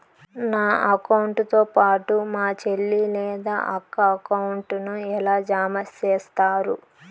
నా అకౌంట్ తో పాటు మా చెల్లి లేదా అక్క అకౌంట్ ను ఎలా జామ సేస్తారు?